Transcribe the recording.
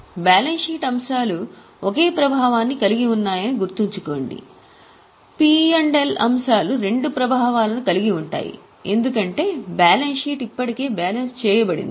balance sheet అంశాలు ఒకే ప్రభావాన్ని కలిగి ఉన్నాయని గుర్తుంచుకోండి P మరియు L అంశాలు రెండు ప్రభావాలను కలిగి ఉంటాయి ఎందుకంటే బ్యాలెన్స్ షీట్ ఇప్పటికే బ్యాలెన్స్ చేయబడింది